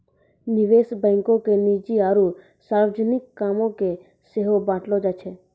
निवेश बैंको के निजी आरु सार्वजनिक कामो के सेहो बांटलो जाय छै